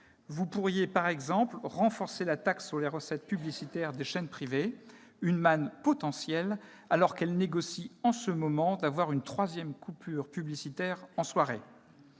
Vous pourriez par exemple renforcer la taxe sur les recettes publicitaires des chaînes privées, une manne potentielle à l'heure où celles-ci négocient une troisième coupure publicitaire en soirée